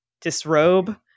disrobe